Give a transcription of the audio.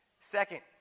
Second